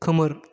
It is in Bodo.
खोमोर